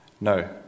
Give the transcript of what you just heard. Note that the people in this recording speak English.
No